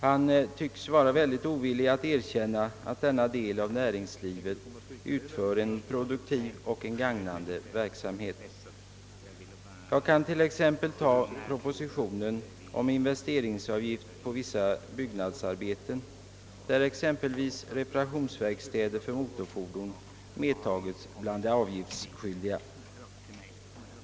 Han tycks synnerligen ovillig att erkänna att denna del av näringslivet utför en produktiv och gagnande verksamhet. Jag kan ta propositionen om investeringsavgift på vissa byggnadsarbeten som exempel på detta, där bl.a. reparationsverkstäder för motorfordon medtagits bland de avgiftsskyldiga.